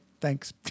Thanks